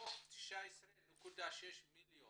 מתוך 19.6 מיליון